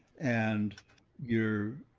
and you're